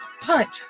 punch